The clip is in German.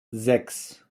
sechs